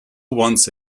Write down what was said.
wants